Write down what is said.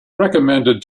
recommended